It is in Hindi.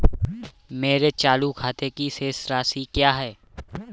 मेरे चालू खाते की शेष राशि क्या है?